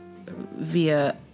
via